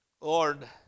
Lord